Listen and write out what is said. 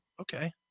Okay